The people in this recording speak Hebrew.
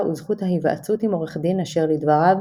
וזכות ההיוועצות עם עורך דין אשר לדבריו